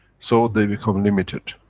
so they become limited,